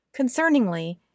Concerningly